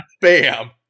Bam